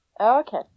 Okay